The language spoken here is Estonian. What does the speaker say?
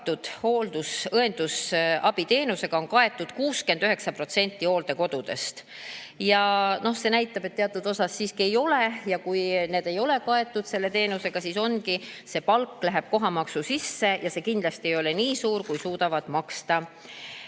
tagatud hooldus-, õendus-, abiteenusega kaetud 69% hooldekodudest. See näitab, et teatud osas siiski ei ole ja kui osa ei ole kaetud selle teenusega, siis ongi nii, et palk läheb kohamaksu sisse, aga see kindlasti ei ole nii suur, kui suudavad maksta